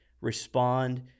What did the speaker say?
respond